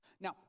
Now